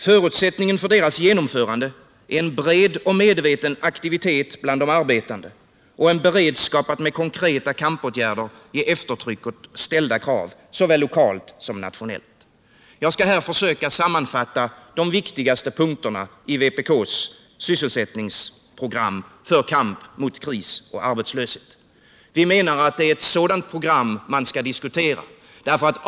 Förutsättningen för deras genomförande är en bred och medveten aktivitet bland de arbetande och en beredskap att med konkreta kampåtgärder ge eftertryck åt ställda krav, såväl lokalt som nationellt. Jag skall här försöka sammanfatta de viktigaste punkterna i vpk:s sysselsättningsprogram för kamp mot kris och arbetslöshet. Vi menar att det är ett sådant program man skall diskutera.